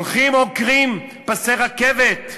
הולכים ועוקרים פסי רכבת,